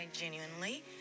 genuinely